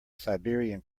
siberian